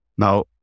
Now